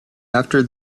after